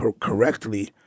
correctly